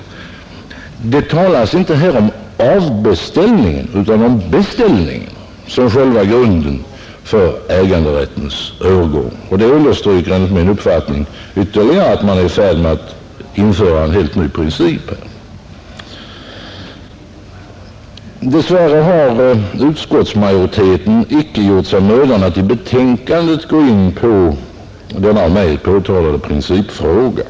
Det talas här inte om avbeställningen utan om beställningen som själva grunden för äganderättens övergång. Detta understryker enligt min uppfattning ytterligare att man är i färd med att införa en helt ny princip. Dess värre har utskottsmajoriteten inte gjort sig mödan att i betänkandet gå in på denna av mig påtalade principfråga.